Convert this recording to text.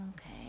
Okay